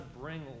bring